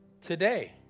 today